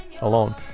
alone